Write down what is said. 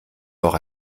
doch